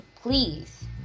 please